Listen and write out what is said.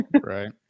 Right